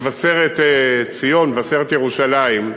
מבשרת-ציון, מבשרת-ירושלים,